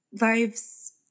lives